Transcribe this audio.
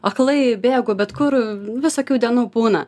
aklai bėgu bet kur visokių dienų būna